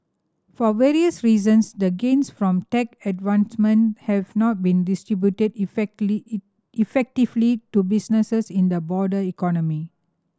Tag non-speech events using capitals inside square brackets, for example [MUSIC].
for various reasons the gains from tech advancement have not been distributed [UNINTELLIGIBLE] effectively to businesses in the broader economy